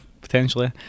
potentially